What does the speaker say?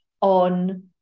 on